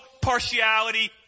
partiality